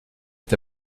est